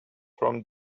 from